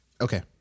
Okay